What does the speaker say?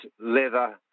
leather